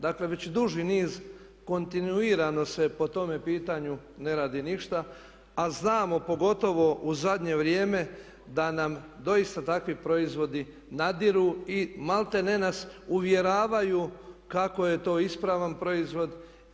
Dakle, već duži niz kontinuirano se po tome pitanju ne radi ništa, a znamo pogotovo u zadnje vrijeme da nam doista takvi proizvodi nadiru i maltene nas uvjeravaju kako je to ispravan proizvod.